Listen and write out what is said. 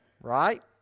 right